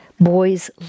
Boys